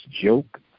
joke